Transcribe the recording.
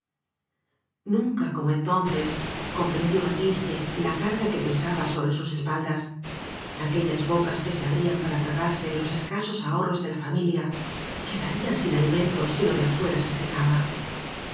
nunca como entonces comprendió batiste la carga que pesaba sobre sus espaldas aque llas bocas que se abrían para tragarse los escasos ahorros de la familia quedarían sin alimento si lo de afuera se secaba